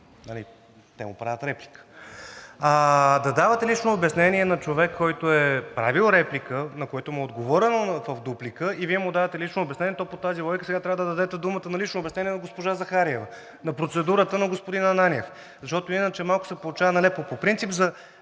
те му правят реплика. Да давате лично обяснение на човек, който е правил реплика, на която му е отговорено в дуплика, и Вие му давате лично обяснение, то по тази логика сега трябва да дадете думата за лично обяснение на госпожа Захариева на процедурата на господин Ананиев, защото иначе се получава малко нелепо. По принцип